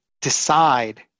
decide